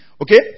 Okay